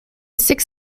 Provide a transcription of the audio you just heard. sixth